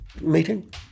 meeting